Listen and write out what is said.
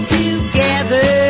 together